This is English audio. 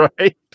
Right